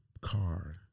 car